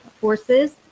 forces